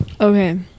Okay